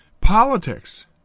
politics